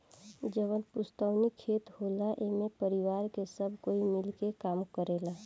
जवन पुस्तैनी खेत होला एमे परिवार के सब कोई मिल के काम करेला